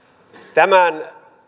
tämän